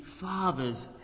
Father's